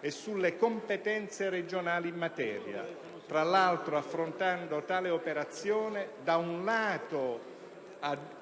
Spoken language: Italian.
e sulle competenze regionali in materia, tra l'altro affrontando tale operazione, da un lato,